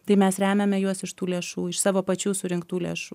tai mes remiame juos iš tų lėšų iš savo pačių surinktų lėšų